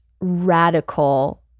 radical